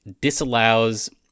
disallows